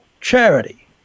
charity